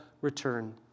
return